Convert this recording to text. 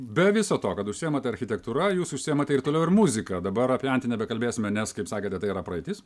be viso to kad užsiimate architektūra jūs užsiimate ir toliau ir muzika dabar apie antį nebekalbėsime nes kaip sakėte tai yra praeitis